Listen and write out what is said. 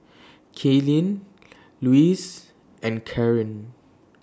Kalyn Louise and Corene